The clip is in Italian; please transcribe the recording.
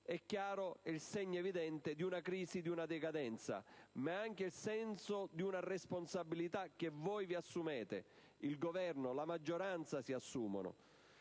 è il segno evidente di una crisi e di una decadenza, ma è anche il senso di una responsabilità che voi vi assumete, il Governo e la maggioranza si assumono.